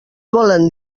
volen